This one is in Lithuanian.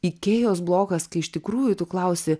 ikėjos blokas kai iš tikrųjų tu klausi